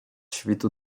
świtu